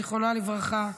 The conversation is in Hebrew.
זיכרונה לברכה,